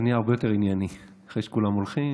זה נהיה הרבה יותר ענייני אחרי שכולם הולכים.